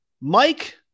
Mike